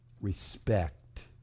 respect